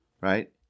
right